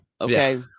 okay